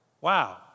Wow